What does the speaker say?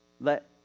Let